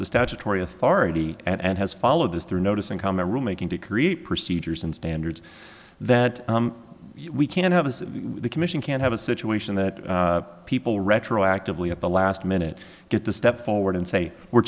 the statutory authority and has followed this through notice and comment rule making to create procedures and standards that we can't have as the commission can't have a situation that people retroactively at the last minute get to step forward and say we're